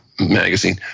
magazine